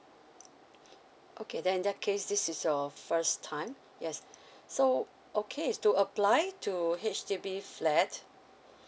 okay then in that case this is your first time yes so okay to apply to H_D_B flat